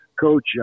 coach